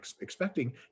expecting